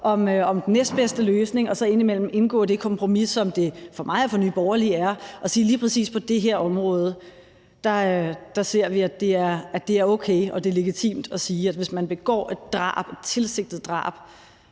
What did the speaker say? om den næstbedste løsning og så indgå det kompromis, som det for mig og for Nye Borgerlige er at sige, at lige præcis på det her område ser vi at det er okay og legitimt, fordi man begår et tilsigtet drab